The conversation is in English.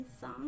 song